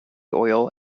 oil